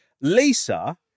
Lisa